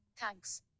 Thanks